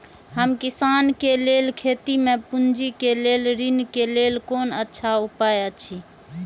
हम किसानके लेल खेती में पुंजी के लेल ऋण के लेल कोन अच्छा उपाय अछि?